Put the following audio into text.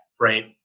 right